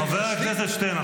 חבר הכנסת שטרן,